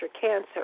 cancer